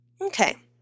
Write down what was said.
Okay